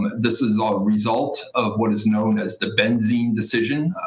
this is all a result of what is known as the benzene decision.